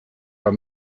are